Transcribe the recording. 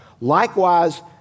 Likewise